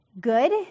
Good